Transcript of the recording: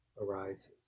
arises